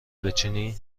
بچینی